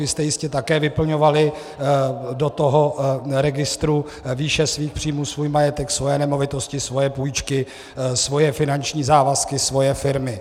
Vy jste jistě také vyplňovali do toho registru výše svých příjmů, svůj majetek, svoje nemovitosti, svoje půjčky, svoje finanční závazky, svoje firmy.